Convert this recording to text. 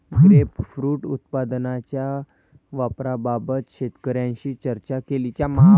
grapefruit उत्पादनाच्या वापराबाबत शेतकऱ्यांशी चर्चा केली